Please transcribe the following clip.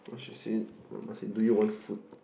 what she say oh she say do you want food